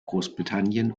großbritannien